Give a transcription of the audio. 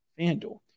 FanDuel